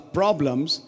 problems